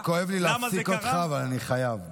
האמת, כואב לי להפסיק אותך, אבל אני חייב.